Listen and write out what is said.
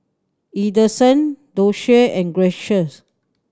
Edson Doshie and Gracias